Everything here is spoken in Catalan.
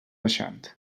baixant